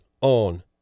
on